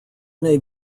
may